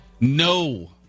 No